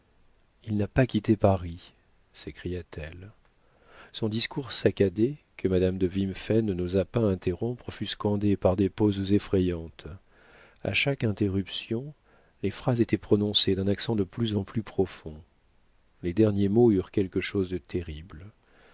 il n'a pas quitté paris s'écria-t-elle son discours saccadé que madame de wimphen n'osa pas interrompre fut scandé par des pauses effrayantes a chaque interruption les phrases étaient prononcées d'un accent de plus en plus profond les derniers mots eurent quelque chose de terrible